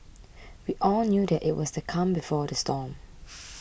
we all knew that it was the calm before the storm